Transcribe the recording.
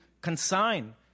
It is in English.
consign